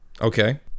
Okay